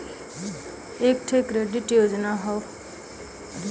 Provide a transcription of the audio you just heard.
एक ठे क्रेडिट योजना हौ